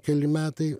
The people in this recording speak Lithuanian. keli metai